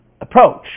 approach